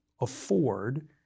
afford